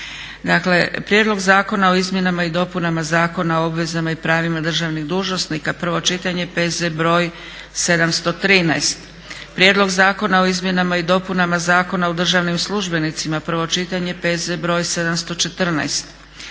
Dakle - Prijedlog zakona o izmjenama i dopunama Zakona o obvezama i pravima državnih dužnosnika, prvo čitanje, P.Z. br. 713; - Prijedlog zakona o izmjenama i dopunama Zakona o državnim službenicima, prvo čitanje, P.Z. br. 714;